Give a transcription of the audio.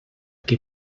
que